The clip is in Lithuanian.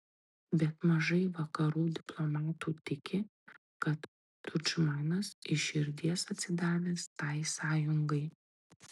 bet mažai vakarų diplomatų tiki kad tudžmanas iš širdies atsidavęs tai sąjungai